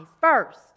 first